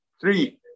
Three